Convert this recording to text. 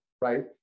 right